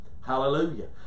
Hallelujah